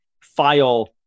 file-